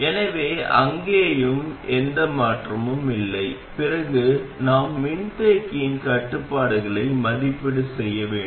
எனவே அங்கேயும் எந்த மாற்றமும் இல்லை பிறகு நாம் மின்தேக்கியின் கட்டுப்பாடுகளை மதிப்பீடு செய்ய வேண்டும்